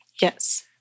Yes